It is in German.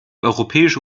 europäische